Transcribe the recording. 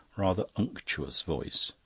rather unctuous voice.